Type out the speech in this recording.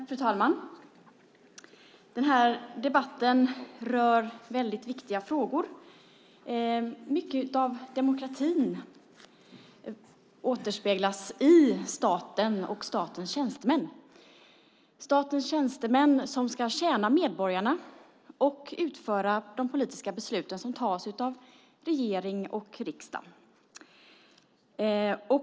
Fru talman! Den här debatten rör viktiga frågor. Mycket av demokratin återspeglas i staten och statens tjänstemän. Statens tjänstemän ska tjäna medborgarna och utföra de politiska beslut som fattas av regering och riksdag.